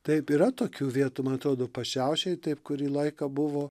taip yra tokių vietų man atrodo pašiaušėje taip kurį laiką buvo